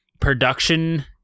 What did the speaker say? production